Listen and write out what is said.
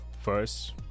first